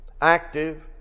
Active